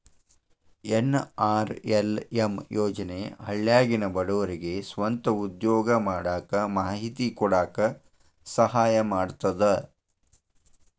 NRLM ಯೋಜನೆ ಹಳ್ಳ್ಯಾಗಿನ ಬಡವರಿಗೆ ಸ್ವಂತ ಉದ್ಯೋಗಾ ಮಾಡಾಕ ಮಾಹಿತಿ ಕೊಡಾಕ ಸಹಾಯಾ ಮಾಡ್ತದ